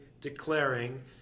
declaring